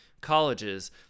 colleges